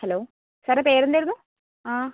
hello സാറിൻ്റെ പേരെന്തായിരുന്നു ആ